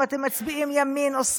אם אתם מצביעים ימין או שמאל.